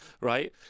right